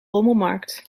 rommelmarkt